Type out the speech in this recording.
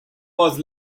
was